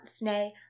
nay